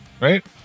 right